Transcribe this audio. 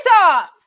off